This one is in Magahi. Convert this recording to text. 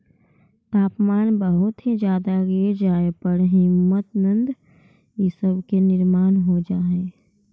तापमान बहुत ही ज्यादा गिर जाए पर हिमनद इ सब के निर्माण हो जा हई